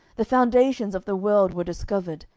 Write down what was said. the foundations of the world were discovered,